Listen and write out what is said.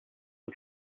and